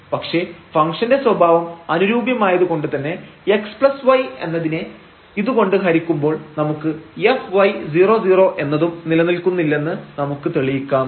പക്ഷേ ഫംഗ്ഷൻറെ സ്വഭാവം അനുരൂപ്യമായത് കൊണ്ട് തന്നെ xy എന്നതിനെ ഇതുകൊണ്ട് ഹരിക്കുമ്പോൾ നമുക്ക് fy00 എന്നതും നിലനിൽക്കുന്നില്ലെന്ന് നമുക്ക് തെളിയിക്കാം